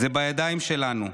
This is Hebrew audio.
זה בידיים שלנו,